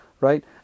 right